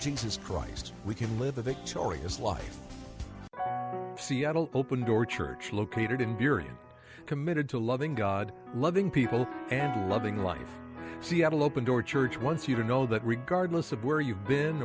jesus christ we can live a victorious life seattle open door church located in period committed to loving god loving people and loving life seattle open door church once you know that regardless of where you've been